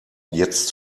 jetzt